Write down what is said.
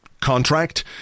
contract